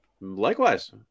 Likewise